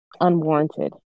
unwarranted